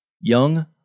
young